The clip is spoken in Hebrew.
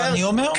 שאני אומר?